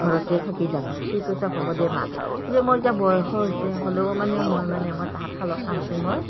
ঘৰতে থাকি যাব সি কৈছে হ'ব দে মা কিন্তু মোৰ এতিয়া বয়সো হৈছে হ'লেও মানে মই মানে মই তাঁতশালৰ কামটো মই